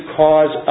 cause